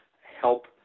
help